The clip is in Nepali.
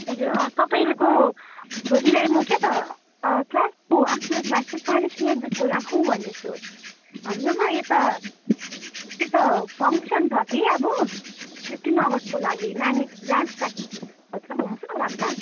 हजुर तपाईँको छोरीलाई म क्या त क्लासको आफ्टर क्लास चाहिँ चालिस मिनट जस्तो राखुँ भन्दैछु हाम्रोमा यता त्यही त फङ्कसन छ कि अब फिफ्टिन अगस्तको लागि नानी डान्स प्र्याक्टिस गर्छ हुन्छ राख्दा